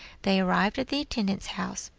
they arrived at the intendant's house.